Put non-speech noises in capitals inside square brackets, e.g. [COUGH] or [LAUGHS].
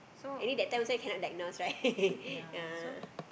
anyway that time also cannot diagnose right [LAUGHS] yeah